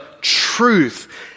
truth